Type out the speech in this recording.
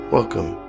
Welcome